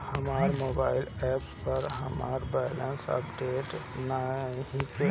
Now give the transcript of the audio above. हमर mobile app पर हमर बैलेंस अपडेट नइखे